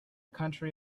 country